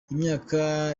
imyaka